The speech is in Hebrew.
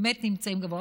באמת נמצאים גבוה,